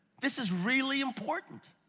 this is really important.